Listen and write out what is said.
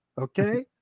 okay